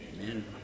Amen